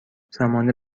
زمان